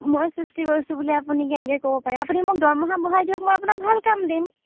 মই সৃষ্টি কৰিছোঁ বুলি আপুনি কেনেকৈ ক'ব পাৰে আপুনি মোক দৰমহা বঢ়াই দিয়ক মই আপোনাক ভাল কাম দিম